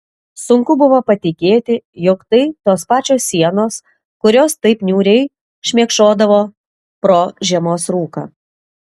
sunku buvo patikėti jog tai tos pačios sienos kurios taip niūriai šmėkšodavo pro žiemos rūką